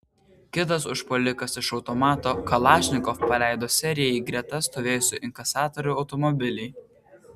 kitas užpuolikas iš automato kalašnikov paleido seriją į greta stovėjusį inkasatorių automobilį